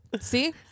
See